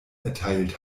erteilt